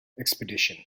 expedition